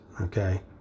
okay